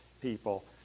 people